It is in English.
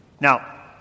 Now